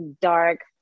dark